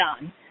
done